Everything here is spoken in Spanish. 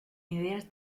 ideas